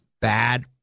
bad